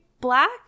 black